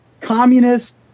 communist